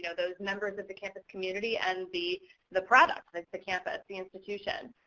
you know those members of the campus community and the the product, like the campus, the institution.